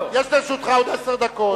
שטרית, יש לרשותך עוד עשר דקות.